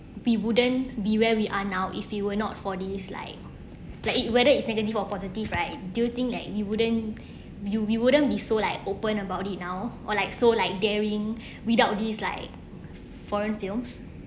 we wouldn't be where we are now if you were not for these like like it whether it's negative or positive right do you think that you wouldn't you we wouldn't be so like open about it now or like so like daring without these like foreign films